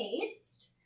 taste